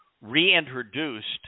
reintroduced